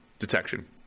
Detection